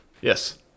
Yes